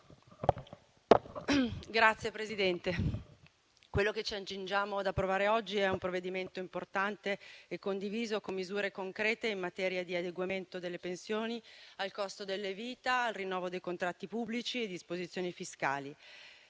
Signor Presidente, quello che ci accingiamo ad approvare oggi è un provvedimento importante e condiviso, con misure concrete in materia di adeguamento delle pensioni al costo della vita, di rinnovo dei contratti pubblici e di disposizioni fiscali.